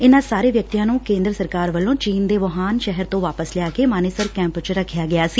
ਇਨੂਾਂ ਸਾਰੇ ਵਿਅਕਤੀਆਂ ਨੂੰ ਕੇਂਦਰ ਸਰਕਾਰ ਵਲੋਂ ਚੀਨ ਦੇ ਵੁਹਾਨ ਸ਼ਹਿਰ ਤੋਂ ਵਾਪਸ ਲਿਆ ਕੇ ਮਾਨੇਸਰ ਕੈਂਪ ਚ ਰਖਿਆ ਗਿਆ ਸੀ